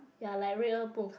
ya like real book